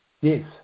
Yes